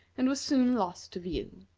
and was soon lost to view.